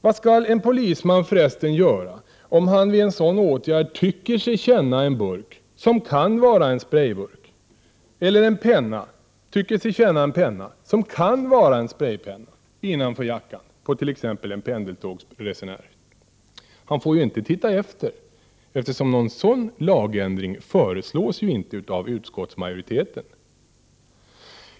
Vad skall en polisman förresten göra om han vid en sådan åtgärd tycker sig känna en burk, som kan vara en sprejburk, eller en penna, som kan vara en färgpenna innanför jackan på t.ex. en pendeltågsresenär? Han får ju inte titta efter, eftersom någon sådan lagändring inte föreslås av utskottsmajoriteten.